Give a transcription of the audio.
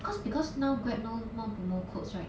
cause because now Grab no more promo~ codes right